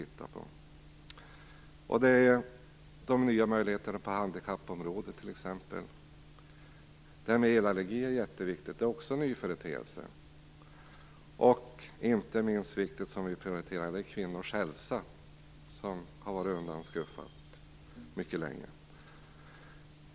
Detsamma gäller exempelvis de nya möjligheterna på handikappområdet. Det här med elallergi är jätteviktigt. Det är också en ny företeelse. Inte minst viktigt bland det vi prioriterar är kvinnors hälsa. Det är något som har varit undanskuffat mycket länge.